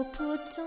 put